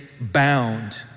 bound